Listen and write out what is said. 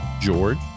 George